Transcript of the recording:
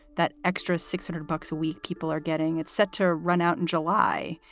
that extra six hundred bucks a week. people are getting it set to run out in july.